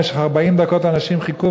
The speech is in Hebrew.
במשך 40 דקות אנשים חיכו,